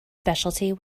specialty